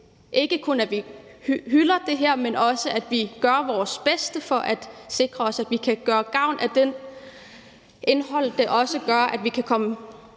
ikke kun hylder det her, men også at vi gør vores bedste for at sikre os, at vi kan få gavn af det indhold, der også gør, at vi kan komme